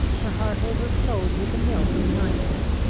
her heart overflowed with the milk of kindness.